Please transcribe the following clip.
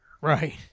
right